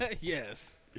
Yes